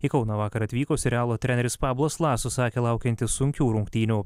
į kauną vakar atvyko realo treneris pablo laso sakė laukiantis sunkių rungtynių